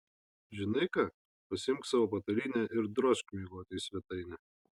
žinai ką pasiimk savo patalynę ir drožk miegoti į svetainę